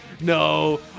no